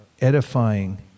edifying